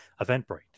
Eventbrite